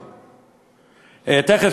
תכף,